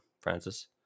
francis